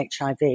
HIV